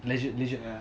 legit legit